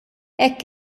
hekk